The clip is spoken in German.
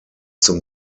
zum